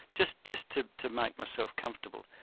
just just to to make myself comfortable.